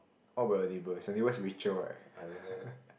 what about your neighbours your neighbours richer what ppo